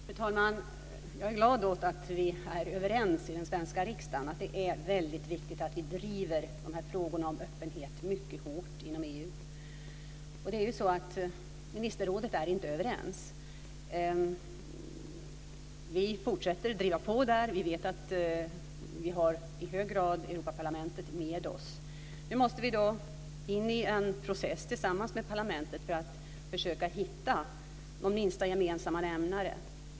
Fru talman! Jag är glad åt att vi är överens i den svenska riksdagen om att det är väldigt viktigt att vi driver dessa frågor om öppenhet mycket hårt inom Man är inte överens i ministerrådet. Vi fortsätter att driva på där. Vi vet att vi i hög grad har Europaparlamentet med oss. Nu måste vi in i en process, tillsammans med parlamentet, för att försöka hitta en minsta gemensamma nämnare.